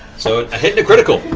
so a hit and a critical.